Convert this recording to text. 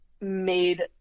made